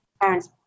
parents